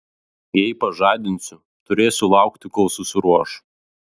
jei pažadinsiu turėsiu laukti kol susiruoš